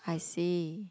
I see